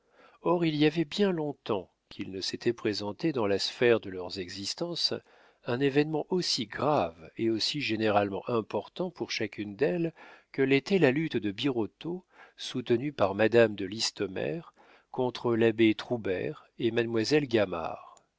or il y avait bien long-temps qu'il ne s'était présenté dans la sphère de leurs existences un événement aussi grave et aussi généralement important pour chacune d'elles que l'était la lutte de birotteau soutenu par madame de listomère contre l'abbé troubert et